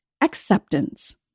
Acceptance